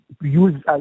use